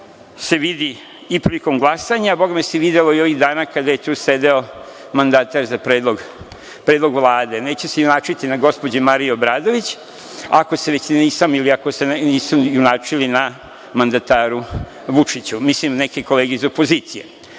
se vidi i prilikom glasanja, a bogami se i viđalo ovih dana kada je tu sedeo mandatar za predlog Vlade. Neću se junačiti na gospođi Mariji Obradović, ako se već nisam ili ako se nismo junačili na mandataru Vučiću, mislim na neke kolege iz opozicije. Ono